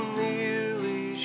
nearly